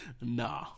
Nah